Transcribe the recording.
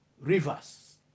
rivers